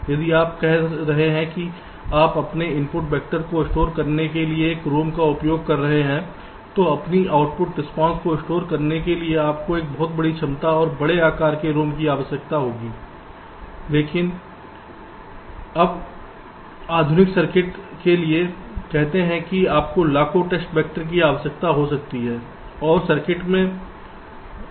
यदि आप कह रहे हैं कि आप अपने इनपुट वेक्टर को स्टोर करने के लिए एक ROM का उपयोग कर रहे हैं तो अपनी आउटपुट रिस्पांस को स्टोर करने के लिए आपको एक बहुत बड़ी क्षमताऔर बड़े आकार के ROM की आवश्यकता है क्योंकि एक आधुनिक सर्किट के लिए कहते हैं कि आपको लाखों टेस्ट वैक्टर की आवश्यकता हो सकती है और सर्किट में 100 आउटपुट हो सकते हैं